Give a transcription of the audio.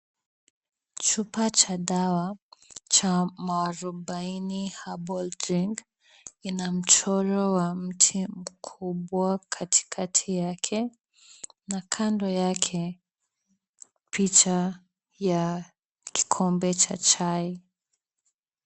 Chupa cha dawa cha Muarubaini Herbal Drink ina mchoro wa mti mkubwa katikati yake na kando yake, picha ya kikombe cha chai.